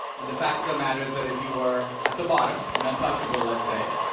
and the fact of the matter is that if you were at the bottom, an untouchable, let's say,